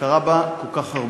שקרה בה הרבה כל כך.